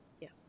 Yes